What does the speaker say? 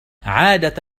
عادة